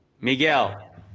Miguel